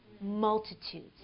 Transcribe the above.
multitudes